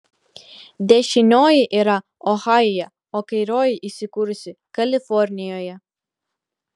dešinioji yra ohajuje o kairioji įsikūrusi kalifornijoje